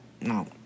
No